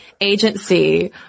agency